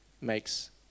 makes